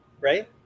right